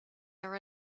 are